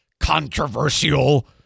controversial